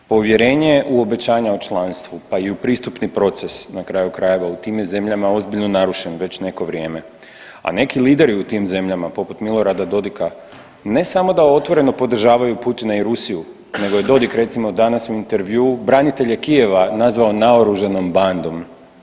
Povjerenje u obećanja u članstvu pa i u pristupni proces na kraju krajeva u tim je zemljama ozbiljno narušen već neko vrijeme, a neki lideri u tim zemljama poput Milorada Dodika ne samo da otvoreno podržavaju Putina i Rusiju nego je Dogik recimo danas u intervjuu branitelje Kijeva nazvao naoružanom bandom.